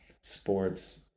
sports